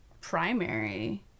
primary